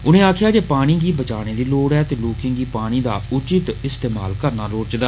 उनें आक्खेआ जे पानी गी बचाने दी लोड़ ऐ ते लोकें गी पानी दा उचित इस्तेमाल करना लोड़चदा